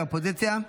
מהאופוזיציה.